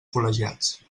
col·legiats